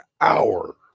hour